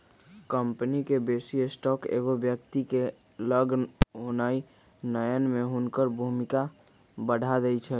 company के बेशी stock एगो व्यक्ति के लग होनाइ नयन में हुनकर भूमिका बढ़ा देइ छै